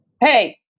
Hey